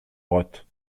brottes